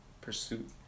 pursuit